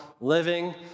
living